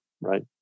right